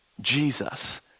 Jesus